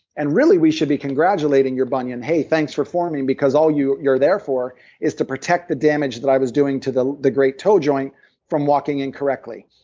and really, we should be congratulating your bunion, hey thanks for forming, because all you're there for is to protect the damage that i was doing to the the great toe joint from walking incorrectly.